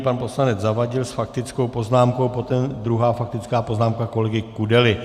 Pan poslanec Zavadil s faktickou poznámkou, potom druhá faktická poznámka kolegy Kudely.